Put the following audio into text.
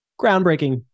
Groundbreaking